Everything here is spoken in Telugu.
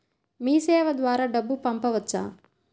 మీసేవ ద్వారా డబ్బు పంపవచ్చా?